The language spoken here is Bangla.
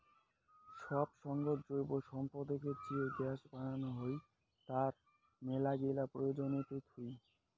সব সঙ্গত জৈব সম্পদকে চিয়ে গ্যাস বানানো হই, তার মেলাগিলা প্রয়োজনীয়তা থুই